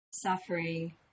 suffering